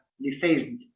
defaced